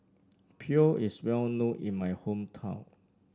pho is well known in my hometown